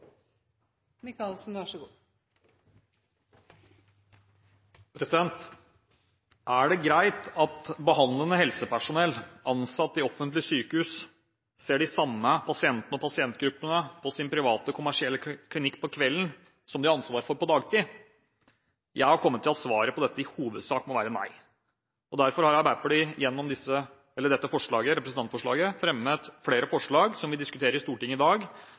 sykehus ser de samme pasientene og pasientgruppene på sin private, kommersielle klinikk på kvelden som de har ansvar for på dagtid? Jeg har kommet til at svaret på dette i hovedsak må være nei. Derfor har Arbeiderpartiet gjennom dette representantforslaget fremmet flere forslag som vi diskuterer i Stortinget i dag,